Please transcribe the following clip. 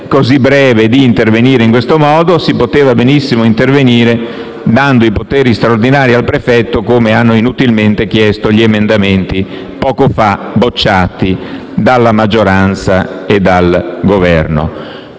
così breve, di intervenire in questo modo. Si poteva benissimo intervenire dando poteri straordinari al prefetto, come hanno inutilmente chiesto gli emendamenti, poco fa respinti dalla maggioranza e dal Governo.